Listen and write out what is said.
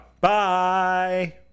Bye